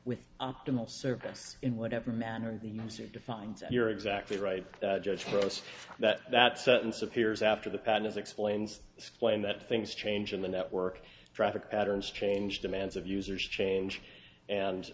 with optimal service in whatever manner the user defined you're exactly right just for us that that sentence appears after the pattern is explains explained that things change in the network traffic patterns change demands of users change and